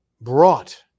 brought